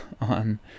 on